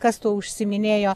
kas tuo užsiiminėjo